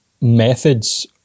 methods